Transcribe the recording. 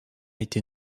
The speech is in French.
été